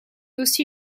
aussi